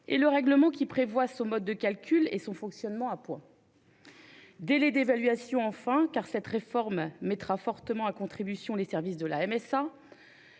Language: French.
et le règlement, qui prévoit son mode de calcul et son fonctionnement à points. Délais d'évaluation enfin, car cette réforme mettra fortement à contribution les services de la MSA